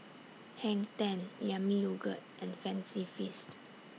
Hang ten Yami Yogurt and Fancy Feast